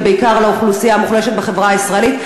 ובעיקר לאוכלוסייה המוחלשת בחברה הישראלית.